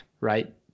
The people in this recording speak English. right